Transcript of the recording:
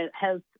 health